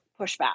pushback